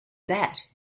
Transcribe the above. that